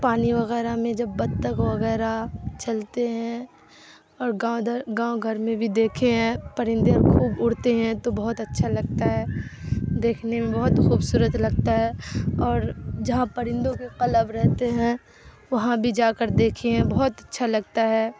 پانی وغیرہ میں جب بطخ وغیرہ چلتے ہیں اور گاؤں گاؤں گھر میں بھی دیکھے ہیں پرندے خوب اڑتے ہیں تو بہت اچھا لگتا ہے دیکھنے میں بہت خوبصورت لگتا ہے اور جہاں پرندوں کا قلب رہتے ہیں وہاں بھی جا کر دیکھے ہیں بہت اچھا لگتا ہے